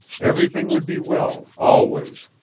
everything would be well, always.